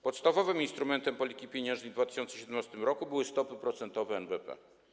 Podstawowym instrumentem polityki pieniężnej w 2017 r. były stopy procentowe NBP.